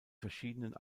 verschiedenen